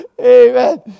Amen